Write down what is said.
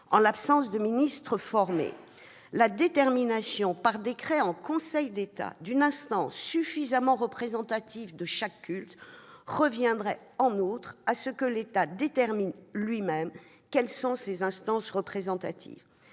en l'absence de ministre formé. La désignation par décret en Conseil d'État d'une instance suffisamment représentative de chaque culte reviendrait en outre à ce que l'État détermine lui-même quelles sont les instances représentatives.